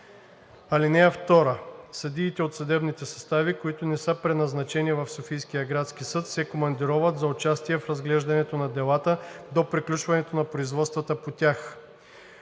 (2) Съдиите от съдебните състави, които не са преназначени в Софийския градски съд, се командироват за участие в разглеждането на делата до приключването на производствата по тях.